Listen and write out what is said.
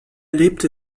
lebte